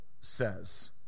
says